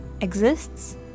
exists